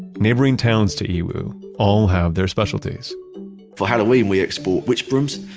neighboring towns to yiwu all have their specialties for halloween, we export witch brooms.